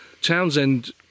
Townsend